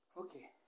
Okay